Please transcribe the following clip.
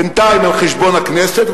בינתיים על חשבון הכנסת,